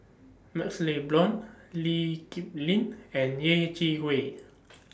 MaxLe Blond Lee Kip Lin and Yeh Chi Wei